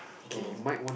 so